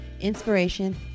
Inspiration